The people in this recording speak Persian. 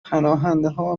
پناهندهها